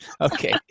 Okay